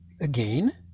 again